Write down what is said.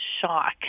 shock